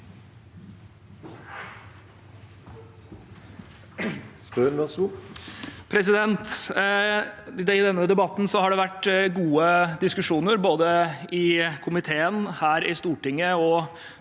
I denne debatten har det vært gode diskusjoner, både i komiteen, her i Stortinget og